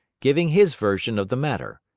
giving his version of the matter.